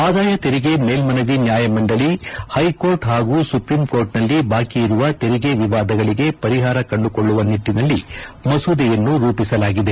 ಆದಾಯ ತೆರಿಗೆ ಮೇಲ್ಮನವಿ ನ್ಯಾಯಮಂಡಳಿ ಕೈಕೋರ್ಟ್ ಹಾಗೂ ಸುಪ್ರೀಂ ಕೋರ್ಟ್ನಲ್ಲಿ ಬಾಕಿ ಇರುವ ತೆರಿಗೆ ವಿವಾದಗಳಿಗೆ ಪರಿಷಾರ ಕಂಡುಕೊಳ್ಳುವ ನಿಟ್ಟನಲ್ಲಿ ಮಸೂದೆಯನ್ನು ರೂಪಿಸಲಾಗಿದೆ